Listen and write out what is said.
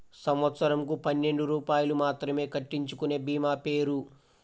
సంవత్సరంకు పన్నెండు రూపాయలు మాత్రమే కట్టించుకొనే భీమా పేరు?